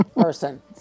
person